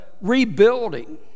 rebuilding